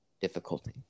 difficulty